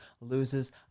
loses